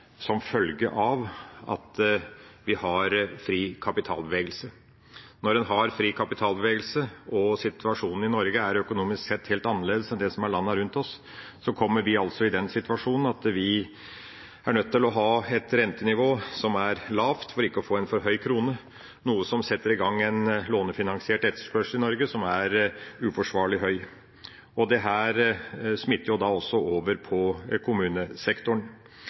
som følge av at vi har fri kapitalbevegelse. Når en har fri kapitalbevegelse, og situasjonen i Norge er økonomisk sett helt annerledes enn det den er i landene rundt oss, kommer vi i den situasjonen at vi er nødt til å ha et rentenivå som er lavt for ikke å få en for høy krone, noe som setter i gang en lånefinansiert etterspørsel i Norge som er uforsvarlig høy. Dette smitter også over på kommunesektoren.